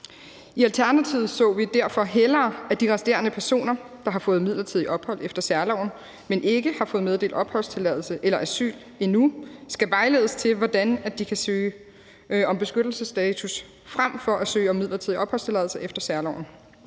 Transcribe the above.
I Alternativet så vi derfor hellere, at de resterende personer, der har fået midlertidigt ophold efter særloven, men ikke har fået meddelt opholdstilladelse eller asyl endnu, skal vejledes til, hvordan de kan søge om beskyttelsesstatus frem for at søge om midlertidig opholdstilladelse efter særloven.